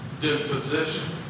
disposition